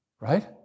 right